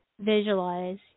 visualize